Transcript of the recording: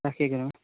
राखेँ गुरुआमा